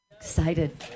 Excited